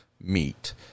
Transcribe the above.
meet